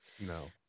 No